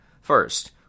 First